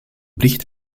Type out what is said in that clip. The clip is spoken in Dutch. bericht